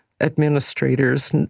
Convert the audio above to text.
administrators